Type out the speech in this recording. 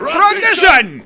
Tradition